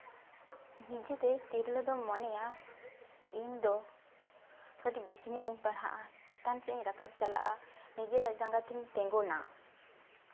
ᱱᱤᱡᱮᱛᱮ ᱛᱤᱨᱞᱟᱹ ᱫᱚᱢ ᱢᱚᱱᱮᱭᱟ ᱤᱧᱫᱚ ᱠᱟᱹᱴᱤᱡ ᱵᱮᱥᱤᱧᱚᱜ ᱤᱧ ᱯᱟᱲᱦᱟᱜᱼᱟ ᱪᱮᱛᱟᱱ ᱥᱮᱫ ᱤᱧ ᱨᱟᱠᱟᱵ ᱪᱟᱞᱟᱜᱼᱟ ᱱᱤᱡᱮᱨᱟᱜ ᱡᱟᱸᱜᱟᱛᱤᱧ ᱛᱤᱸᱜᱩᱱᱟ